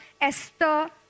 Esther